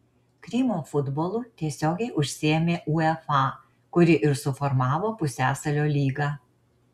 krymo futbolu tiesiogiai užsiėmė uefa kuri ir suformavo pusiasalio lygą